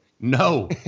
no